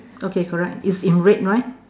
okay correct it's in red right